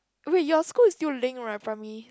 wait your school is still link right primary